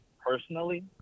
personally